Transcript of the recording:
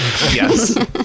Yes